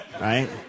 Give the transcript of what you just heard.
right